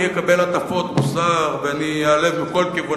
אני אקבל הטפות מוסר ואני איעלב מכל כיוון,